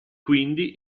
quindi